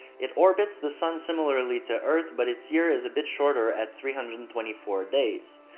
it orbits the sun similarly to earth but its year is a bit shorter at three hundred and twenty four days.